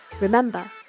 Remember